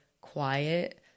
quiet